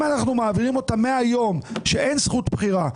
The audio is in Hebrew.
אם אנחנו מעבירים אותם מהיום שאין זכות בחירה,